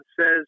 says